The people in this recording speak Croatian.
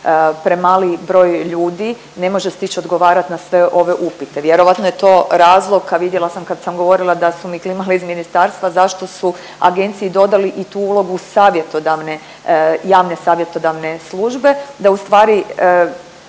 premali broj ljudi ne može stić odgovarat na sve ove upite. Vjerojatno je to razlog, a vidjela sam kad sam govorila da su mi klimali iz ministarstva zašto su agenciji dodali i tu ulogu savjetodavne, javne savjetodavne službe, da ustvari